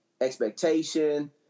expectation